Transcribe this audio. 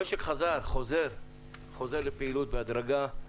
המשק חוזר לפעילות בהדרגה.